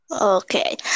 okay